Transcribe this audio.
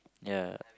ya